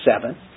Seven